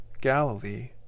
Galilee